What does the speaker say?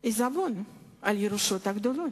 עיזבון על הירושות הגדולות,